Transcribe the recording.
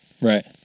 right